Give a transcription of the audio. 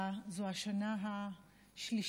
זו השנה השלישית,